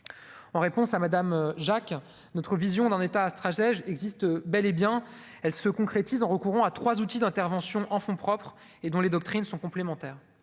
en réponse à Madame Jacques notre vision d'un état stratège existe bel et bien elle se concrétise en recourant à 3 outils d'intervention en fonds propres et dont les doctrines sont complémentaires